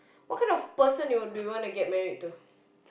what kind of person do you want to get married to